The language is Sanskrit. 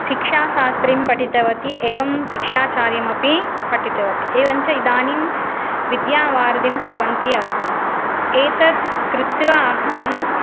शिक्षाशास्त्रिं पठितवती एवं शिक्षाचार्यमपि पठितवती एवं च इदानीं विद्यावारिधिं कुर्वन्ति अस्मि एतत् कृत्वा अहम्